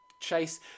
chase